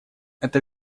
это